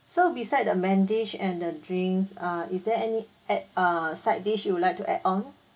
so beside the main dish and the drinks err is there any add err side dish you would like to add on